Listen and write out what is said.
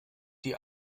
die